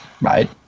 Right